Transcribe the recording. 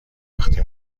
وقتی